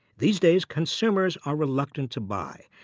these days consumers are reluctant to buy.